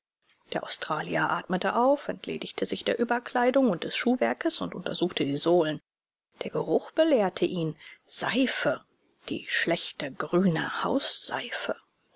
der australier atmete auf entledigte sich der überkleidung und des schuhwerkes und untersuchte die sohlen der geruch belehrte ihn seife die schlechte grüne